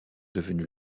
devenue